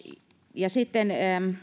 ja sitten